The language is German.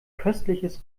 köstliches